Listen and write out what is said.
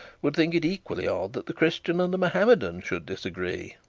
would think it equally odd that the christian and the mahometan should disagree